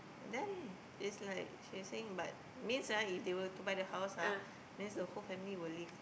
then it's like she is saying but means ah if they were to buy the house ah means the whole family will leave